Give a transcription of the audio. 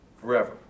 forever